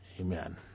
Amen